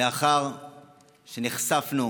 לאחר שנחשפנו